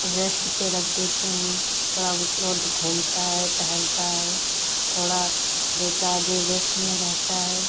rest पर रख देते हैं थोड़ा उस घूमता है टहलता है थोड़ा दो चार दिन रेश्ट में रहता है